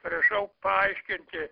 prašau paaiškinti